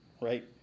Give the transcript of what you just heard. right